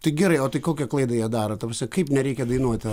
tai gerai o tai kokią klaidą jie daro ta prasme kaip nereikia dainuoti